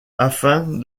afin